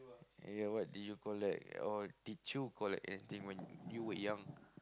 ya ya what did you collect or did you collect anything when you were young